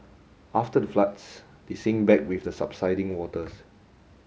after the floods they sink back with the subsiding waters